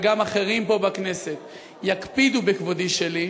וגם אחרים פה בכנסת יקפידו בכבודי שלי,